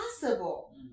possible